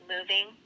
moving